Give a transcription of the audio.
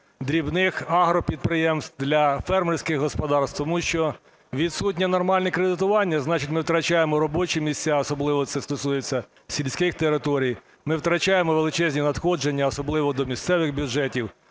дрібних агропідприємств, для фермерських господарств. Тому що відсутнє нормальне кредитування, значить ми втрачаємо робочі місця, особливо це стосується сільських територій. Ми втрачаємо величезні надходження, особливо до місцевих бюджетів,